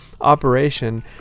operation